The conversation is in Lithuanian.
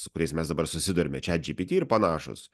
su kuriais mes dabar susiduriame chat gpt ir panašūs